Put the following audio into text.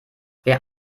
wer